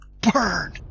Burn